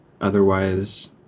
otherwise